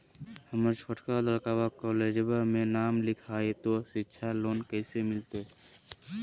हमर छोटका लड़कवा कोलेजवा मे नाम लिखाई, तो सिच्छा लोन कैसे मिलते?